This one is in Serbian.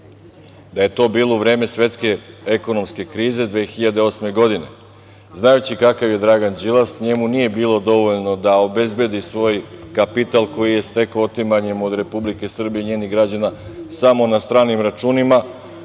da je to bilo u vreme svetske ekonomske krize 2008. godine. Znajući kakav je Dragan Đilas njemu nije bilo dovoljno da obezbedi svoj kapital koji je stekao otimanjem od Republike Srbije i njenih građana samo na stranim računima.